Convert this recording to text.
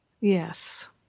Yes